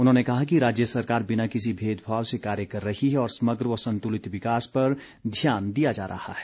उन्होंने कहा कि राज्य सरकार बिना किसी भेदभाव से कार्य कर रही है और समग्र व संतुलित विकास पर ध्यान दिया जा रहा है